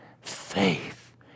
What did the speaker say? faith